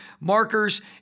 markers